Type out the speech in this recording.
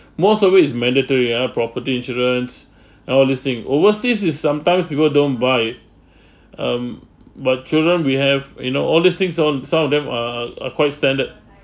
most of it is mandatory ah property insurance all these thing overseas is sometimes people don't buy it um but children we have you know all these things som~ some of them are are quite standard